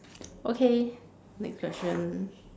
okay next question